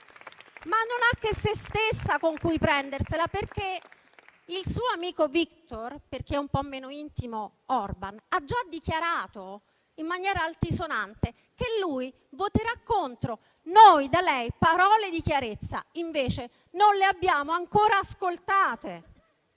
ma non ha che se stessa con cui prendersela, perché il suo amico Viktor (Orbàn, per chi è un po' meno intimo) ha già dichiarato in maniera altisonante che lui voterà contro. Noi da lei parole di chiarezza invece non le abbiamo ancora ascoltate